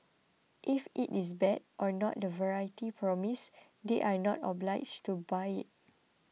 if it is bad or not the variety promised they are not obliged to buy it